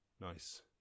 Nice